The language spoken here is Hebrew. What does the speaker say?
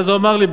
ואז הוא אמר לי,